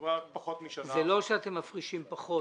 זה לא שאתם מפרישים פחות.